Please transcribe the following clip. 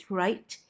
right